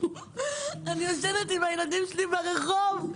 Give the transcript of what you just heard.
אני ישנה עם הילדים שלי ברחוב.